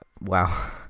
wow